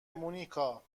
مونیکا